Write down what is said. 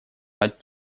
над